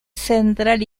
central